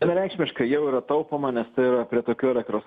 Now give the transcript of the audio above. vienareikšmiškai jau yra taupoma nes tai yra prie tokių elektros